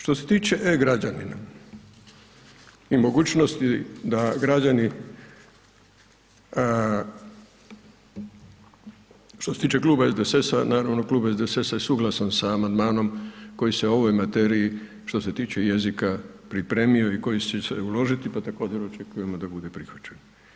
Što se tiče e-Građana i mogućnost da građani, što se tiče kluba SDSS-a naravno da je klub SDSS-a suglasan sa amandmanom koji se o ovoj materiji što se tiče jezika pripremio i koji će se uložiti pa također očekujemo da bude prihvaćen.